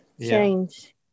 change